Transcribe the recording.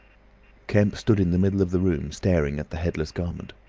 kemp stood in the middle of the room staring at the headless garment.